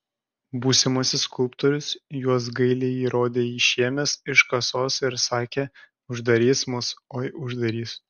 būsimasis skulptorius juos gailiai rodė išėmęs iš kasos ir sakė uždarys mus oi uždarys